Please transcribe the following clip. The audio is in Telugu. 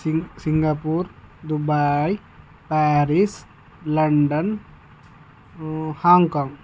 sim Singapore Dubai Paris London Hong Kong